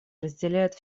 разделяют